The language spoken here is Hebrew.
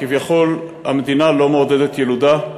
כביכול המדינה לא מעודדת ילודה.